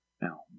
Now